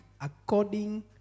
according